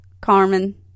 Carmen